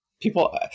People